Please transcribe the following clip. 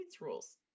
rules